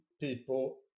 people